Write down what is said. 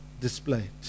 displayed